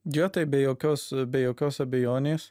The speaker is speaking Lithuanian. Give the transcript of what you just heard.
jo taip be jokios be jokios abejonės